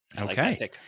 Okay